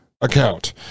account